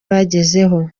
bagezeho